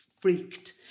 freaked